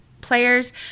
players